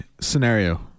scenario